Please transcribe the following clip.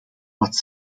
wat